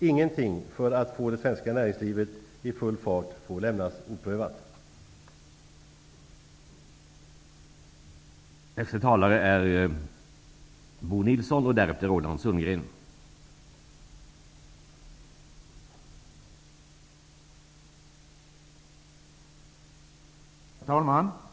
Ingenting får lämnas oprövat för att få full fart på det svenska näringslivet.